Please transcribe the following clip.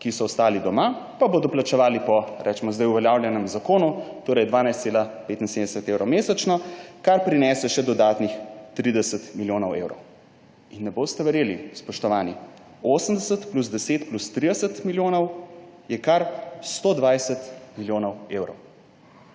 ki so ostali doma, pa bodo plačevali po recimo zdaj uveljavljenem zakonu, torej 12,75 evra mesečno, kar prinese še dodatnih 30 milijonov evrov. In ne boste verjeli, spoštovani, 80 plus 10 plus 30 milijonov je kar 120 milijonov evrov.